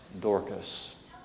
Dorcas